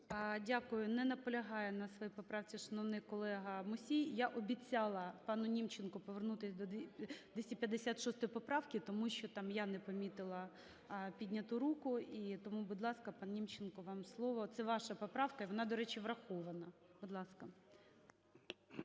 Дякую. Не наполягає на своїй поправці шановний колега Мусій. Я обіцяла пануНімченку повернутися до 256 поправки, тому що там я не помітила підняту руку. І тому, будь ласка, пан Німченко, вам слово. Це ваша поправка, і вона, до речі, врахована. Будь ласка.